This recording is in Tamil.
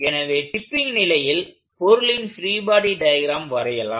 எனவே டிப்பிங் நிலையில் பொருளின் பிரீ பாடி டயக்ராம் வரையலாம்